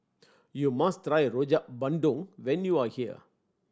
you must try Rojak Bandung when you are here